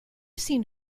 seen